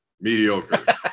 Mediocre